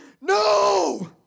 No